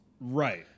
Right